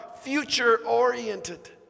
future-oriented